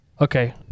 Okay